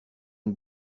une